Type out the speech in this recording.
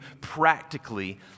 practically